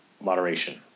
moderation